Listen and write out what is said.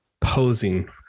posing